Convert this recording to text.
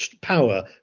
power